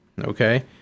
okay